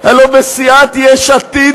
הלוא בסיעת יש עתיד,